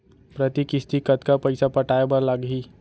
प्रति किस्ती कतका पइसा पटाये बर लागही?